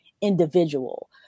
individual